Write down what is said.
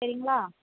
சரிங்களா